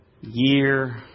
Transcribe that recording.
year